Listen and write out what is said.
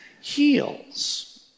heals